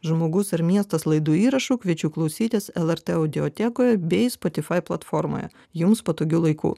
žmogus ir miestas laidų įrašų kviečiu klausytis lrt audiotekoje bei spotifai platformoje jums patogiu laiku